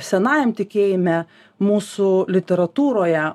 senajam tikėjime mūsų literatūroje